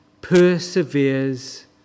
perseveres